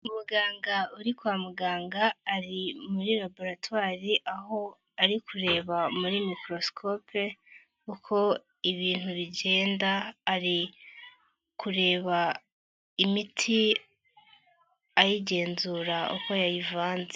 Umuganga uri kwa muganga ari muri laboratwari aho ari kureba muri mikorosikope uko ibintu bigenda ari kureba imiti ayigenzura uko yayivanze.